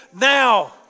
now